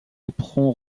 éperon